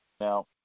Now